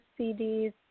CDs